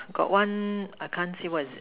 got one I can't see what is it